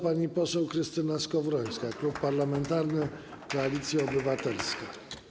Pani poseł Krystyna Skowrońska, Klub Parlamentarny Koalicja Obywatelska.